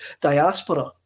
diaspora